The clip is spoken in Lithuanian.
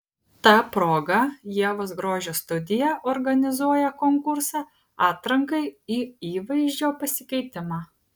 ta proga ievos grožio studija organizuoja konkursą atrankai į įvaizdžio pasikeitimą